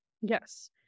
Yes